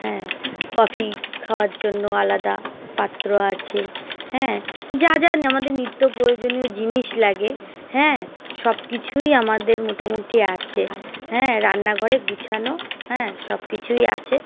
হ্যাঁ কফি খাওয়ার জন্য আলাদা পাত্র আছে হ্যাঁ যা য আমাদের নিত্য প্রয়োজনীয় জিনিস লাগে হ্যাঁ সব কিছুই আমাদের মোটামুটি আছে হ্যাঁ রান্নাঘরে গোছানো হ্যাঁ সব কিছুই আছে